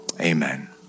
Amen